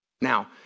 Now